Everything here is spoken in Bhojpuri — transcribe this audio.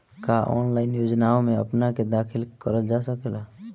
का ऑनलाइन योजनाओ में अपना के दाखिल करल जा सकेला?